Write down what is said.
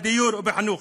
בדיור ובחינוך,